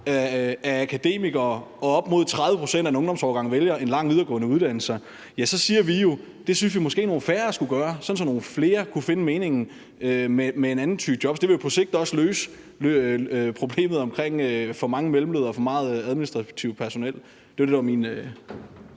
er akademikere og op mod 30 pct. af en ungdomsårgang vælger en lang videregående uddannelse, så siger vi jo til de unge, at det synes vi måske nogle færre skulle gøre, sådan at nogle flere kunne finde meningen med en anden type job. Det vil på sigt også løse problemet med for mange mellemledere og for meget administrativt personel. Kl. 14:55 Tredje